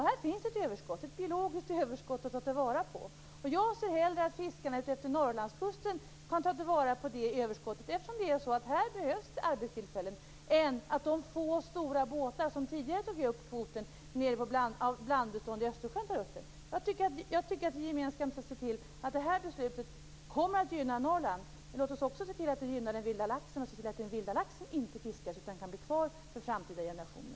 Här finns ett biologiskt överskott att ta vara på. Jag ser hellre att fiskarna utefter Norrlandskusten kan ta vara på detta överskott, eftersom det här behövs arbetstillfällen, än att de få stora båtar som tidigare tog upp kvoten av blandbestånd i Östersjön tar upp det. Jag tycker att vi gemensamt skall se till att beslutet kommer att gynna Norrland. Men låt oss också se till att det gynnar den vilda laxen, så att inte den vilda laxen fiskas utan kan bli kvar för framtida generationer.